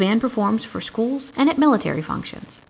band performs for schools and at military functions